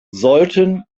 sollten